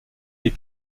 les